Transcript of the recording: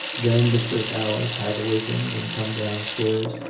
then mistress alice had awakened and come down stairs,